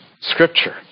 Scripture